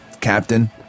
Captain